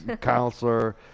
counselor